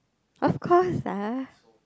of course ah